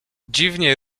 dziwnie